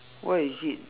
what is it